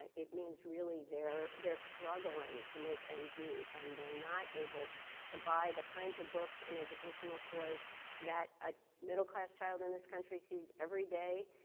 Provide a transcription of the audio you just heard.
it means really they're they're struggling to make ends meet and they're not able to buy the kinds of books and educational toys that a middle class child in this country sees everyday,